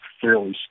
fairly